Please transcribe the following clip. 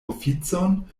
oficon